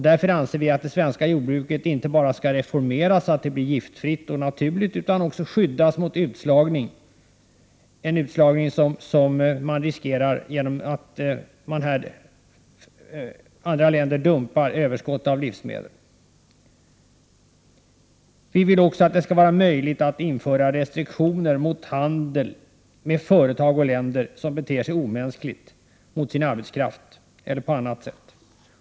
Därför anser vi att det svenska jordbruket skall reformeras, inte bara så att det blir giftfritt och naturligt utan också så att det skyddas mot den utslagning som vi riskerar genom att andra länder här dumpar överskott av livsmedel. Vi vill också att det skall vara möjligt att införa restriktioner mot handel med företag och länder som beter sig omänskligt mot sin arbetskraft eller på annat sätt.